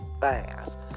fast